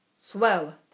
Swell